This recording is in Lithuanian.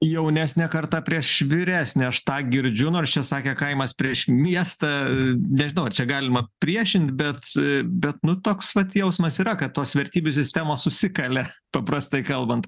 jaunesnė karta prieš vyresnę aš tą girdžiu nors čia sakė kaimas prieš miestą nežinau ar čia galima priešint bet bet nu toks vat jausmas yra kad tos vertybių sistemos susikalė paprastai kalbant